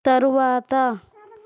తరువాత